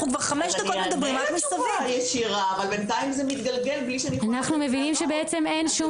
אנחנו כבר חמש דקות מדברים רק מסביב.